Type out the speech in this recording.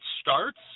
starts